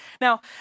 Now